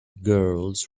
girls